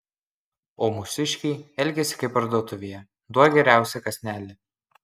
o mūsiškiai elgiasi kaip parduotuvėje duok geriausią kąsnelį